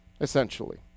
essentially